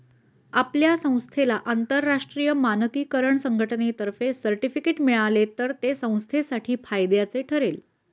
आपल्या संस्थेला आंतरराष्ट्रीय मानकीकरण संघटनेतर्फे सर्टिफिकेट मिळाले तर ते संस्थेसाठी फायद्याचे ठरेल